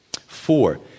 Four